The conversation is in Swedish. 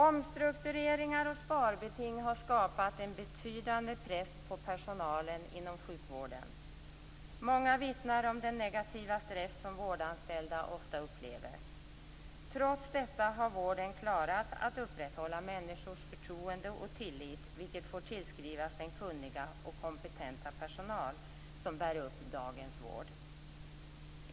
Omstruktureringar och sparbeting har skapat en betydande press på personalen inom sjukvården. Många vittnar om den negativa stress som vårdanställda ofta upplever. Trots detta har vården klarat att upprätthålla människors förtroende och tillit, vilket får tillskrivas den kunniga och kompetenta personal som bär upp dagens vård.